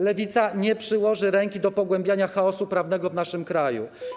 Lewica nie przyłoży ręki do pogłębiania chaosu prawnego w naszym kraju.